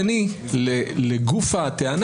השעה כבר 15:00 ואני משתדלת לא להתפרץ.